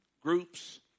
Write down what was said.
groups